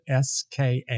SKA